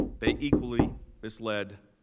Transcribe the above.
they equally misled